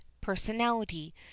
personality